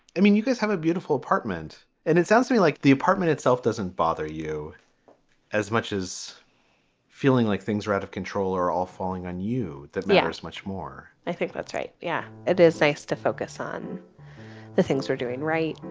i mean, you guys have a beautiful apartment, and it sounds to me like the apartment itself doesn't bother you as much as feeling like things are out of control are all falling on you. that matters much more i think that's right. yeah, it is nice to focus on the things you're doing, right.